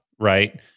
right